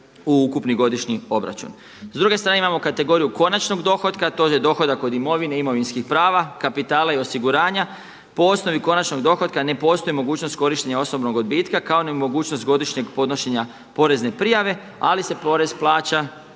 u ukupni godišnji obračun. S druge strane imamo kategoriju konačnog dohotka, to je dohodak od imovine, imovinskih prava, kapitala i osiguranja. Po osnovi konačnog dohotka ne postoji mogućnost korištenja osobnog odbitka kao ni mogućnost godišnjeg podnošenja porezne prijave, ali se porez plaća